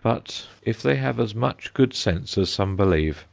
but if they have as much good sense as some believe,